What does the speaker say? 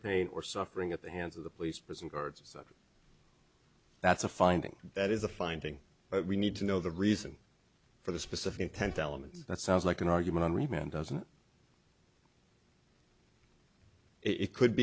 pain or suffering at the hands of the police prison guards so that's a finding that is a finding but we need to know the reason for the specific intent element that sounds like an argument on remand doesn't it could